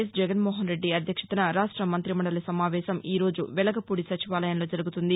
yes Jaganmohan Reddy అధ్యక్షతన రాష్ట మంత్రిమండలి సమావేశం రంరోజు వెలగపూడి సచివాలయంలో జరుగుతుంది